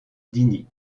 dini